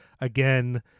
again